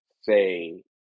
say